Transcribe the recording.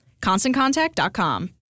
ConstantContact.com